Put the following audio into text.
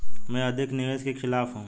मैं अधिक निवेश के खिलाफ हूँ